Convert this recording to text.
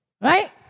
right